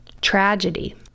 tragedy